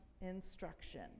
instruction